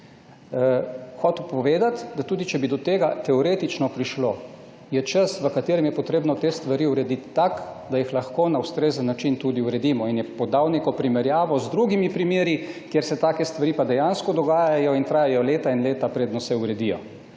je povedati, da tudi če bi do tega teoretično prišlo, je čas, v katerem je treba te stvari urediti takšen, da jih lahko na ustrezen način tudi uredimo. In je podal neko primerjavo z drugimi primeri, kjer se take stvari pa dejansko dogajajo in trajajo leta in leta, preden se uredijo.